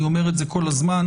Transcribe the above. אני אומר את זה כל הזמן.